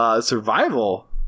survival